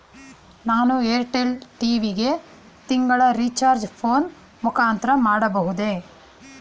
ನಾನು Airtel TV ಗೆ ತಿಂಗಳ ರಿಚಾರ್ಜ್ ಫೋನ್ ಮುಖಾಂತರ ಮಾಡಬಹುದೇ?